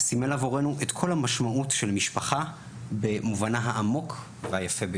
סימל עבורנו את כל המשמעות של משפחה במובנה העמוק והיפה ביותר.